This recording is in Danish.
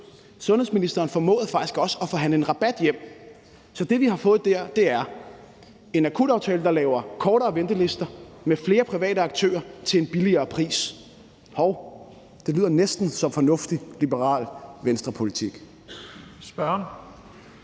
sundhedsministeren formåede faktisk også at forhandle en rabat hjem. Så det, vi har fået der, er: en akutaftale, der laver kortere ventelister, med flere private aktører til en lavere pris. Hov, det lyder næsten som fornuftig, liberal Venstrepolitik.